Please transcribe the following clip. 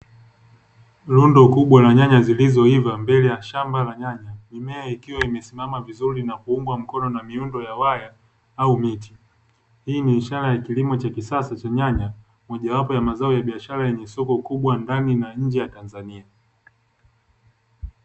Rundo kubwa la nyanya zilizoiva mbele ya shamba la nyanya, mimea ikiwa imesimama vizuri na kuungwa mkono na miundo ya waya au miti. Hii ni ishara ya kilimo cha kisasa cha nyanya, moja wapo ya mazao ya biashara yenye soko kubwa ndani na nje ya Tanzania.